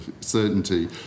certainty